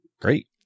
Great